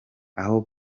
aho